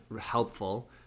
helpful